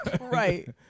Right